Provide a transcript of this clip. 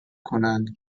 کنند